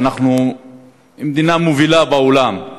אנחנו מדינה מובילה בעולם,